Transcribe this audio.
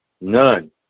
None